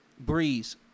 Breeze